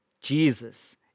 Jesus